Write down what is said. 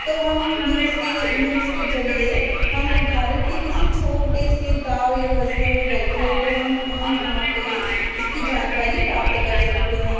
तो हम न्यूस के न्यूस के जरिए हम भारत के किसे छोटे से गाँव या कस्बे में बैठे हैं तो हम हम वहाँ पर इसकी जानकारी प्राप्त कर सकते हैं